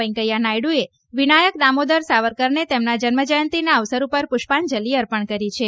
વૈકૈયા નાયડ્એ વિનાયક દામોદર સાવરકરને તેમના જન્મજયંતિના અવસર પર પુષ્પાંજલિ અર્પણ કરી છે